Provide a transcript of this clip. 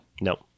No